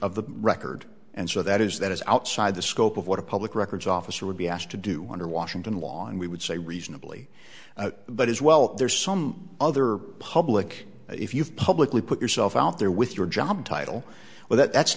of the record and so that is that is outside the scope of what a public records officer would be asked to do under washington law and we would say reasonably but as well there's some other public if you've publicly put yourself out there with your job title well that